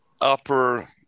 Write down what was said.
upper